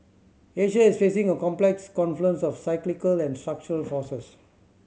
Asia is facing a complex confluence of cyclical and structural forces